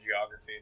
geography